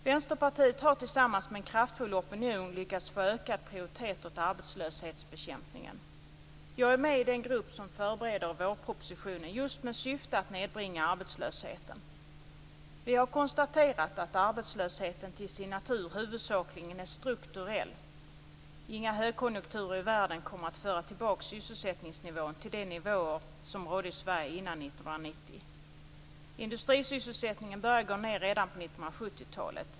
Vänsterpartiet har tillsammans med en kraftfull opinion lyckats få ökad prioritet åt arbetslöshetsbekämpningen. Jag är med i den grupp som förbereder vårpropositionen just med syfte att nedbringa arbetslösheten. Vi har konstaterat att arbetslösheten till sin natur huvudsakligen är strukturell. Inga högkonjunkturer i världen kommer att föra tillbaks sysselsättningen till de nivåer som rådde i Sverige före 1990. Industrisysselsättningen började gå ned redan på 1970-talet.